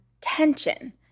tension